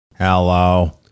Hello